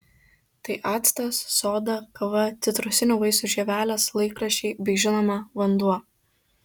tai actas soda kava citrusinių vaisių žievelės laikraščiai bei žinoma vanduo